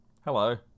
Hello